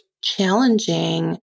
challenging